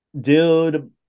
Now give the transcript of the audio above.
dude